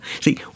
See